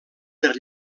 per